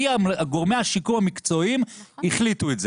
כי גורמי השיקום המקצועיים החליטו את זה.